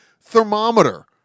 thermometer